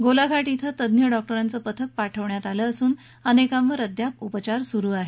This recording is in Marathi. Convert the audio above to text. गोलाघाट ॐ तज्ञ डॉक्टरांचं पथक पाठवण्यात आलं असून अनेकांवर अद्याप उपचार सुरु आहेत